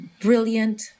brilliant